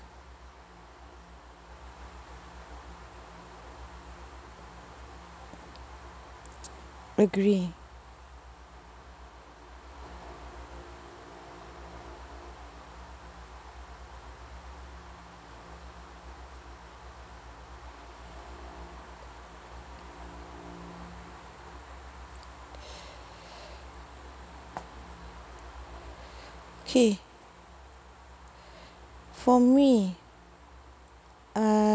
agree okay for me